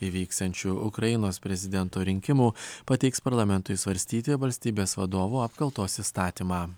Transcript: įvyksiančių ukrainos prezidento rinkimų pateiks parlamentui svarstyti valstybės vadovo apkaltos įstatymą